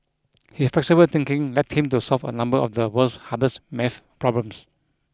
his flexible thinking led him to solve a number of the world's hardest math problems